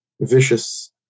Vicious